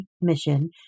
mission